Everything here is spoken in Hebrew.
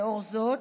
לאור זאת,